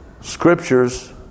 scriptures